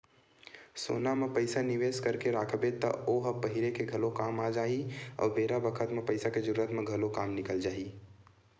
सोना म पइसा निवेस करके राखबे त ओ ह पहिरे के घलो काम आ जाही अउ बेरा बखत म पइसा के जरूरत म घलो काम निकल जाही